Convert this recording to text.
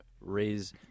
raise